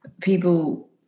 people